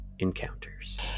Encounters